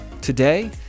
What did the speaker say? Today